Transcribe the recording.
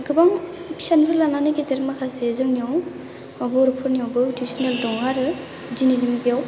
गोबां फिसानिफ्राय लानानै गेदेर माखासे जोंनियाव बा बर'फोरनियावबो इउथुब चेनेल दं आरो दिनै बेयाव